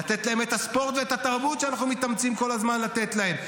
לתת להם ספורט ותרבות שאנחנו מתאמצים כל הזמן לתת להם,